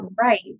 right